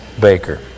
baker